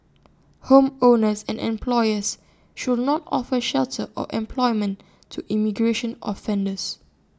homeowners and employers should not offer shelter or employment to immigration offenders